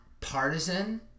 partisan